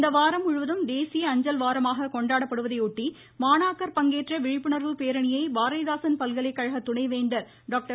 இந்த வாரம் முழுவதும் தேசிய அஞ்சல் வாரமாக கொண்டாடப் படுவதையொட்டி மாணாக்கர் பங்கேற்ற விழிப்புணர்வு பேரணியை பாரதிதாசன் பல்கலைக்கழக துணைவேந்தர் டாக்டர்